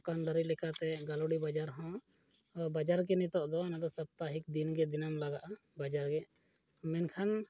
ᱫᱚᱠᱟᱱᱫᱟᱹᱨᱤ ᱞᱮᱠᱟᱛᱮ ᱜᱟᱹᱞᱩᱰᱤ ᱵᱟᱡᱟᱨ ᱦᱚᱸ ᱵᱟᱡᱟᱨ ᱜᱮ ᱱᱤᱛᱚᱜ ᱫᱚ ᱚᱱᱟᱫᱚ ᱥᱚᱯᱛᱟᱦᱤᱠ ᱫᱤᱱᱜᱮ ᱫᱤᱱᱟᱹᱢ ᱞᱟᱜᱟᱜᱼᱟ ᱵᱟᱡᱟᱨᱜᱮ ᱢᱮᱱᱠᱷᱟᱱ